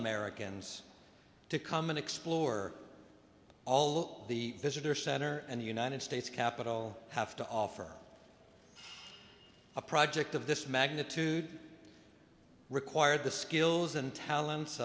americans to come and explore all the visitor center and the united states capitol have to offer a project of this magnitude requires the skills and talents